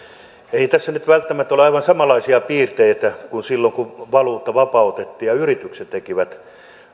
ei tässä nyt välttämättä ole aivan samanlaisia piirteitä kuin silloin kun valuutta vapautettiin ja yritykset tekivät